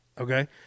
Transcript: Okay